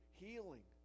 healing